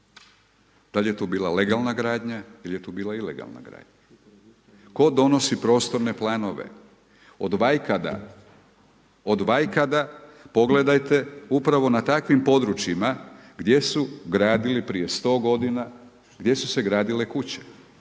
da li je tu bila legalna gradnja ili je bila ilegalna gradnja. Tko donosi prostorne planove? Od vajkada pogledajte upravo na takvim područjima gdje su gradili prije 100 godina, gdje su se gradile kuće.